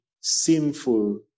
sinful